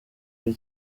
kuri